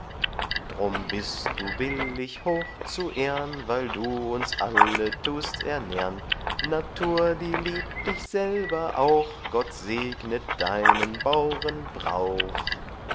drum bist du billig hoch zu ehrn weil du uns alle tust ernährn natur die liebt dich selber auch gott segnet deinen baurenbrauch